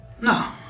No